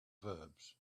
verbs